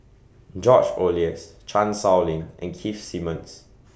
George Oehlers Chan Sow Lin and Keith Simmons